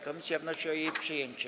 Komisja wnosi o jej przyjęcie.